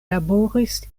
laboris